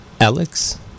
Alex